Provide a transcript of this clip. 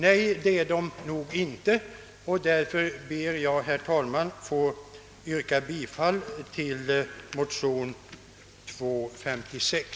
Nej, det är de nog inte, och därför, herr talman, ber jag att få yrka bifall tili motionen II: 56.